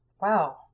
wow